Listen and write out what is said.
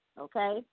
Okay